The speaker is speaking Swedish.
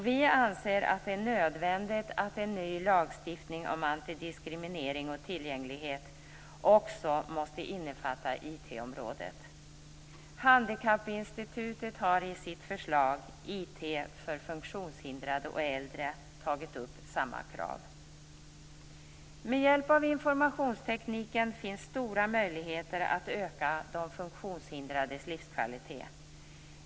Vi anser att det är nödvändigt att en ny lagstiftning om antidiskriminering och tillgänglighet också innefattar IT-området. Handikappinstitutet har i sitt förslag, IT för funktionshindrade och äldre, tagit upp samma krav. Med hjälp av informationstekniken finns stora möjligheter att öka de funktionshindrades livskvalitet.